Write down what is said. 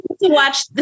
watch